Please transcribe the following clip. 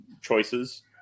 choices